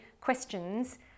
questions